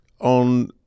on